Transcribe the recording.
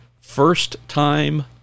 first-time